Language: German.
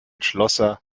schlosser